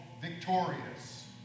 victorious